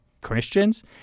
Christians